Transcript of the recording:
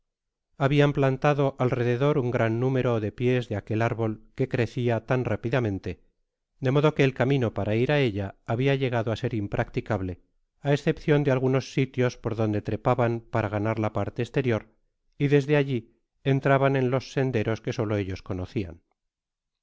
habian plantado alrededor un gran número de pies de aquel árbol que crecia tan rápidamente de modo que el camino para ir á ella habia llegado á ser impracticable á escepcion de algunos sitios por donde trepaban para gauar la parte es tenor y desde al i entraban en los sederos que solo ellos